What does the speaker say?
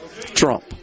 Trump